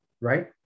right